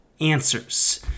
answers